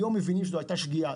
היום מבינים שזו היתה שגיאה.